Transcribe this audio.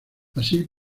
así